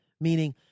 Meaning